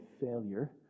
failure